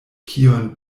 kion